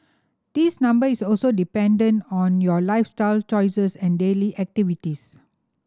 this number is also dependent on your lifestyle choices and daily activities